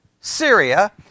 Syria